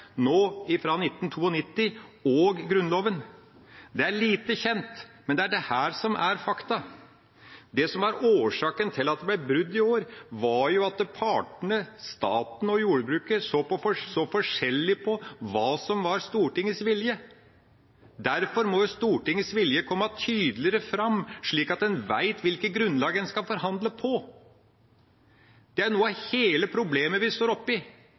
nå, fra 1998 og Grunnloven. Det er lite kjent, men det er dette som er fakta. Det som er årsaken til at det ble brudd i år, var at partene – staten og jordbruket – så forskjellig på hva som var Stortingets vilje. Derfor må Stortingets vilje komme tydeligere fram, slik at en vet hvilket grunnlag en skal forhandle på. Det er noe av hele problemet vi står oppe i.